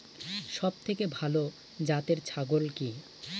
সবথেকে ভালো জাতের ছাগল কি?